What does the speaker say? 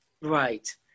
Right